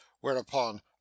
whereupon